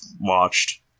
watched